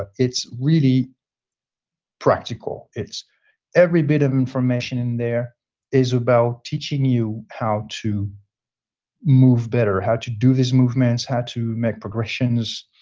ah it's really practical it's every bit of information in there is about teaching you how to move better, how to do these movements, how to make progressions,